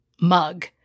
mug